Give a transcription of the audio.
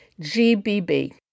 GBB